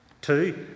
Two